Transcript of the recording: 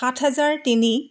সাত হেজাৰ তিনি